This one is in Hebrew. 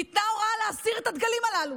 ניתנה הוראה להסיר את הדגלים הללו.